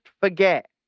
forget